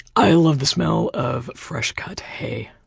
i love the smell of fresh cut hay.